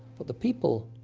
but the people